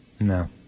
No